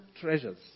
treasures